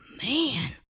Man